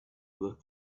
work